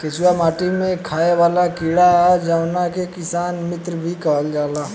केचुआ माटी में खाएं वाला कीड़ा ह जावना के किसान मित्र भी कहल जाला